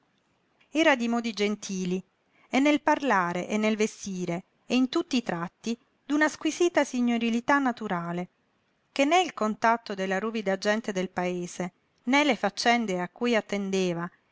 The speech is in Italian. era di modi gentili e nel parlare e nel vestire e in tutti i tratti d'una squisita signorilità naturale che né il contatto della ruvida gente del paese né le faccende a cui attendeva